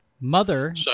Mother